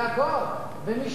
ומי